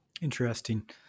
Interesting